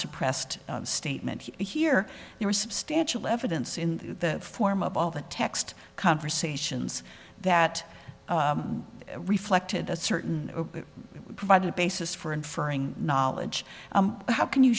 suppressed statement here there was substantial evidence in the form of all the text conversations that reflected a certain provided basis for inferring knowledge how can you